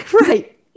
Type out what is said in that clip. Right